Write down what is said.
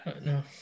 No